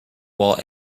wall